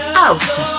house